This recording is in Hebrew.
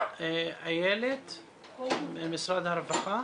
אילה מאיר ממשרד הרווחה.